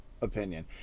Opinion